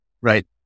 right